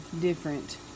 different